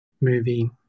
movie